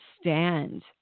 stand